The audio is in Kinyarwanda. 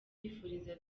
kwifuriza